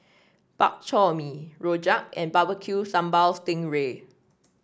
Bak Chor Mee rojak and Barbecue Sambal Sting Ray